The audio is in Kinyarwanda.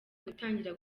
gutangira